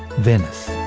venice.